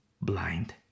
blind